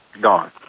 gone